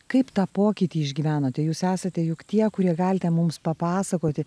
kaip tą pokytį išgyvenote jūs esate juk tie kurie galite mums papasakoti